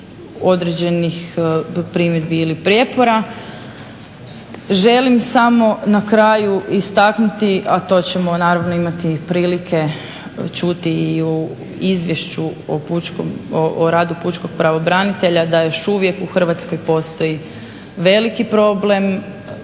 određenih primjedbi ili prijepora. Želim samo na kraju istaknuti, a to ćemo naravno imati prilike čuti i u izvješću o radu pučkog pravobranitelja da još uvijek u Hrvatskoj postoji veliki problem